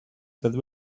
that